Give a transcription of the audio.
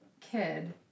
kid